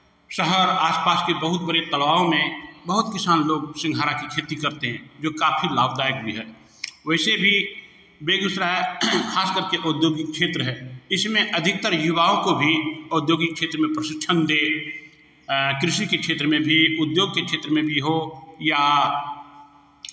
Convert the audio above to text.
शहर आस पास के बहुत बड़े तालाब में बहुत किसान लोग सिंघाड़ा की खेती करते हैं जो काफ़ी लाभदायक भी है वैसे भी बेगूसराय खासकर के ओद्योगिक क्षेत्र है इसमें अधिकतर युवाओं को भी औद्योगिक क्षेत्र में प्रशिक्षण दे कृषि के क्षेत्र में भी उद्योग के क्षेत्र में भी हो या